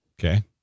Okay